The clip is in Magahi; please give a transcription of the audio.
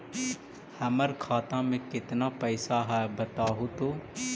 हमर खाता में केतना पैसा है बतहू तो?